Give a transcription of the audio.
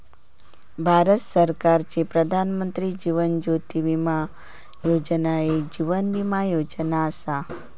भारत सरकारची प्रधानमंत्री जीवन ज्योती विमा योजना एक जीवन विमा योजना असा